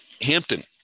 Hampton